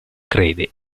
crede